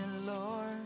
Lord